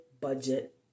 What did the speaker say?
budget